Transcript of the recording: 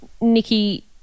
Nikki